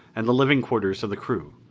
and the living quarters of the crew.